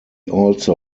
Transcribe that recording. also